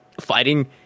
Fighting